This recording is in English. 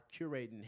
curating